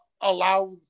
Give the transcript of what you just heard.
allow